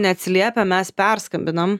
neatsiliepia mes perskambinam